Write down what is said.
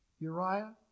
Uriah